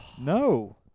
No